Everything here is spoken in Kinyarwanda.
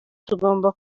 tugomba